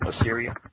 Assyria